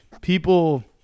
people